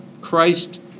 Christ